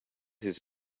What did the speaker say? his